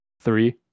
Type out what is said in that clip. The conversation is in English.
three